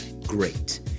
great